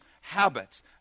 habits